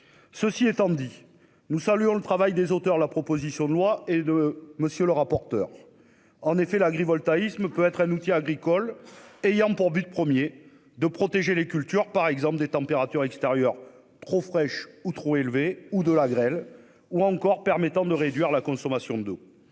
Pour autant, nous saluons le travail des auteurs de la proposition de la loi et du rapporteur. En effet, l'agrivoltaïsme peut être un outil agricole ayant pour but premier de protéger les cultures de températures extérieures trop fraîches ou trop élevées ainsi que de la grêle, voire de réduire la consommation d'eau.